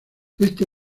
este